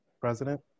president